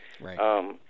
Right